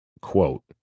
quote